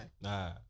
Nah